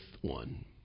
one